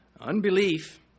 Unbelief